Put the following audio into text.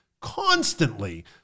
constantly